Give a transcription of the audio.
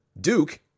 Duke